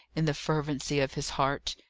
in the fervency of his heart.